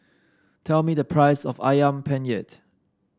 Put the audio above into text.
tell me the price of ayam penyet